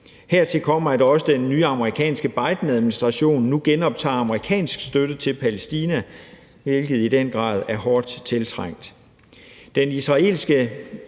Hertil kommer, at også den nye amerikanske Bidenadministration nu genoptager amerikansk støtte til Palæstina, hvilket i den grad er hårdt tiltrængt.